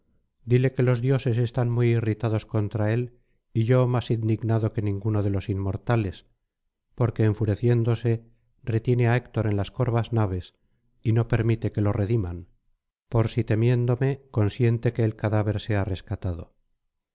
dile que los dioses están muy irritados contra él y yo más indignado que ninguno de los inmortales porque enfureciéndose retiene á héctor en las corvas naves y no permite que lo rediman por si temiéndome consiente que el cadáver sea rescatado